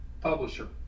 publisher